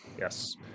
Yes